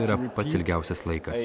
yra pats ilgiausias laikas